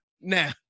now